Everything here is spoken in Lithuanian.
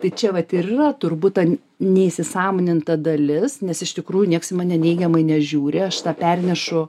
tai čia vat ir yra turbūt ta neįsisąmoninta dalis nes iš tikrųjų niekas į mane neigiamai nežiūri aš tą pernešu